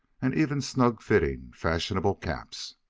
and even snug-fitting, fashionable caps.